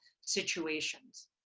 situations